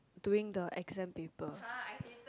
doing the exam paper